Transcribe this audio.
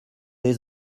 des